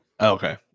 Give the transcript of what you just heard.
Okay